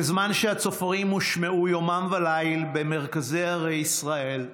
בזמן שהצופרים הושמעו יומם וליל במרכזי ערי ישראל,